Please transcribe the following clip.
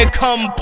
come